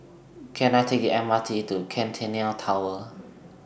Can I Take The M R T to Centennial Tower